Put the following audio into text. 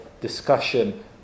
discussion